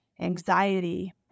anxiety